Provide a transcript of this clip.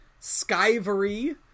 Skyvery